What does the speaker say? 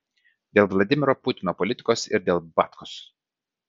dėl vladimiro putino politikos ir dėl batkos